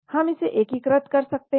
हम इसे एकीकृत कर सकते हैं